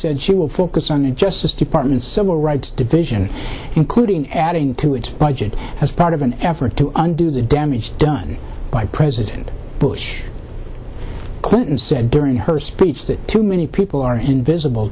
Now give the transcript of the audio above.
said she will focus on the justice department's civil rights division including adding to its budget as part of an effort to undo the damage done by president bush clinton said during her speech that too many people are invisible